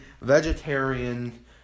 vegetarian